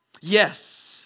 Yes